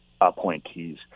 appointees